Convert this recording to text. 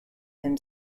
him